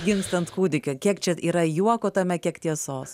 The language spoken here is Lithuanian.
gimstant kūdikio kiek čia yra juoko tame kiek tiesos